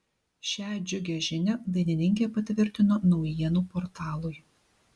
šią džiugią žinią dainininkė patvirtino naujienų portalui